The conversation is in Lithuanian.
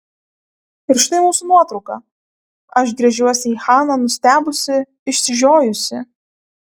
ir štai mūsų nuotrauka aš gręžiuosi į haną nustebusi išsižiojusi